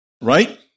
Right